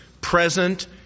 present